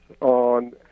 on